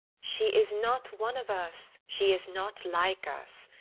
she is not one of us she is not like us.